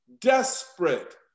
desperate